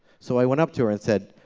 so i went up to her and said,